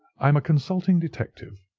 i'm a consulting detective,